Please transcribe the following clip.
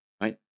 right